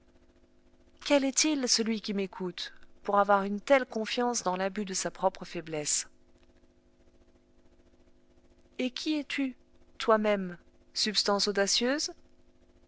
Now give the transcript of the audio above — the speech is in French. quel est-il celui qui m'écoute pour avoir une telle confiance dans l'abus de sa propre faiblesse et qui es-tu toi-même substance audacieuse